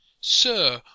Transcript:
Sir